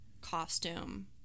costume